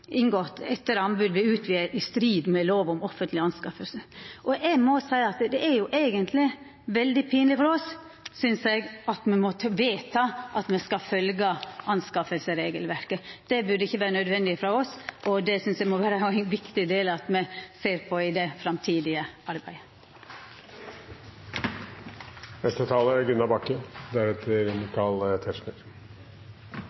inngått etter anbud ble utvidet i strid med lov om offentlige anskaffelser.» Og eg må seia at det er jo eigentleg veldig pinleg for oss, synest eg, at me må vedta at me skal følgja anskaffingsregelverket. Det burde ikkje vera nødvendig frå oss, og det synest eg må vera òg ein viktig del at me ser på i det framtidige arbeidet. Fremskrittspartiet vil påpeke at i